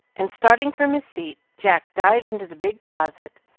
and, starting from his seat, jack dived into the big closet,